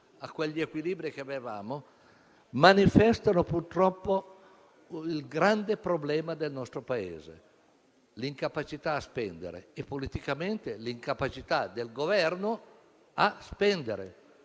agli equilibri che avevamo, manifestano purtroppo il grande problema del nostro Paese: l'incapacità di spendere e politicamente l'incapacità del Governo di spendere.